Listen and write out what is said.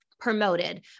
promoted